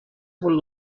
were